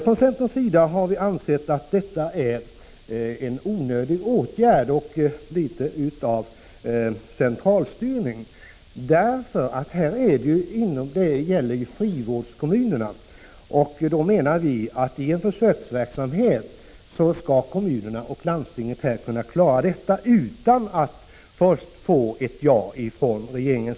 Från centerns sida anser vi att detta är en onödig åtgärd och litet av centralstyrning. Det gäller ju frivårdskommunerna, och vi menar att i en försöksverksamhet skall resp. kommun och landstingskommun kunna klara av detta utan att först få ett ja från regeringen.